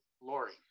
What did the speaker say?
Lori